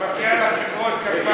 מגיע לך מחיאות כפיים.